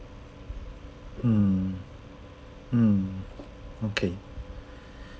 mm mm okay